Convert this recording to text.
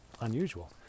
unusual